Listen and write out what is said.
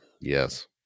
Yes